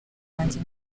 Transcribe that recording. wanjye